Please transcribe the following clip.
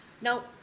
Now